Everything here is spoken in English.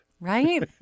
Right